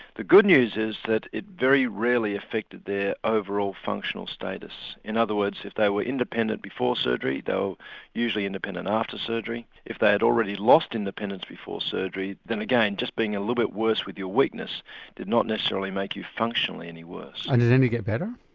the good news is that it very rarely affected their overall functional status. in other words if they were independent before surgery they usually were independent after surgery. if they had already lost independence before surgery then again, just being a little bit worse with your weakness did not necessarily make you functionally any worse. and did any get better?